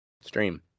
stream